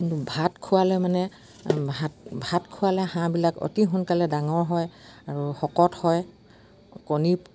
কিন্তু ভাত খোৱালে মানে ভাত ভাত খোৱালে হাঁহবিলাক অতি সোনকালে ডাঙৰ হয় আৰু শকত হয় কণী